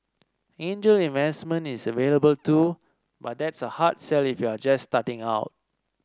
angel investment is available too but that's a hard sell if you're just starting out